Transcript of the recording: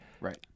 right